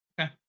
Okay